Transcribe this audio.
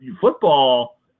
Football